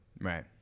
right